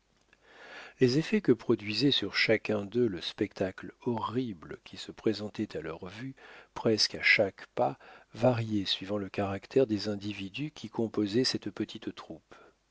les effets que produisait sur chacun d'eux le spectacle horrible qui se présentait à leur vue presque à chaque pas variaient suivant le caractère des individus qui composaient cette petite troupe